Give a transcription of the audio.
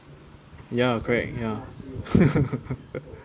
ya correct ya